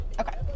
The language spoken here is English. Okay